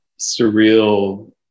surreal